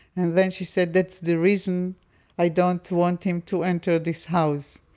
and then she said, that's the reason i don't want him to enter this house.